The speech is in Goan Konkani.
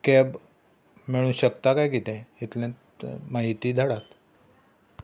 म्हाका कॅब मेळूं शकता काय कितें इतलेंच म्हायती धाडात